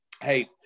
hey